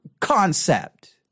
concept